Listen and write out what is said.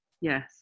yes